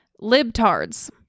libtards